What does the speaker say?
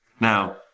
Now